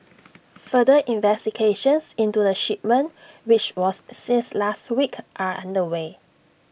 further investigations into the shipment which was seized last week are underway